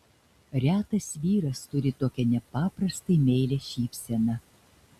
retas vyras turi tokią nepaprastai meilią šypseną